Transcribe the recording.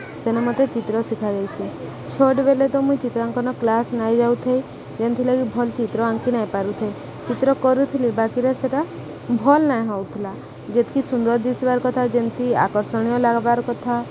ସେନ ମତେ ଚିତ୍ର ଶିଖାଯାଇସି ଛୋଟ୍ ବେଲେ ତ ମୁଇଁ ଚିତ୍ରାଙ୍କନ କ୍ଲାସ୍ ନାଇ ଯାଉଥାଏ ଯେନ୍ଥିରଲାଗି ଭଲ ଚିତ୍ର ଆଙ୍କି ନାଇ ପାରୁଥେ ଚିତ୍ର କରୁଥିଲି ବାକିରେ ସେଟା ଭଲ ନାଇଁ ହଉଥିଲା ଯେତ୍କି ସୁନ୍ଦର ଦିସିବାର କଥା ଯେମତି ଆକର୍ଷଣୀୟ ଲାଗବାର୍ କଥା